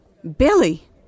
Billy